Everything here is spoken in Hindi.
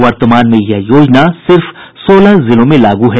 वर्तमान में यह योजना सिर्फ सोलह जिलों लागू है